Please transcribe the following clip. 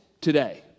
today